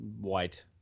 white